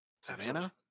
Savannah